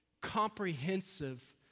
comprehensive